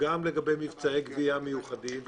גם לגבי מבצעי גבייה מיוחדים.